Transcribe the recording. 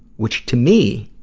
which, to me,